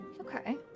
Okay